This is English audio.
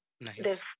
Nice